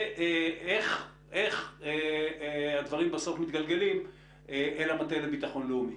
ואיך הדברים בסוף מתגלגלים אל המטה לביטחון לאומי?